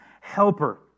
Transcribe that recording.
helper